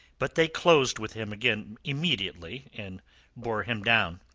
but they closed with him again immediately, and bore him down.